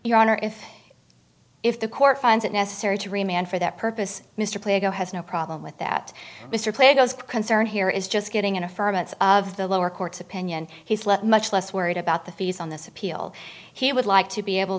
your honor it if the court finds it necessary to remain for that purpose mr plato has no problem with that mr plato's concern here is just getting an affirmative of the lower court's opinion he's left much less worried about the fees on this appeal he would like to be able